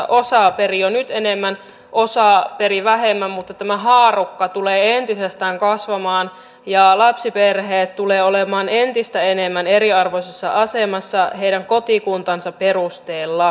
osa perii jo nyt enemmän osa perii vähemmän mutta tämä haarukka tulee entisestään kasvamaan ja lapsiperheet tulevat olemaan entistä enemmän eriarvoisessa asemassa kotikuntansa perusteella